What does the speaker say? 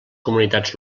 comunitats